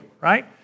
right